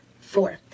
Four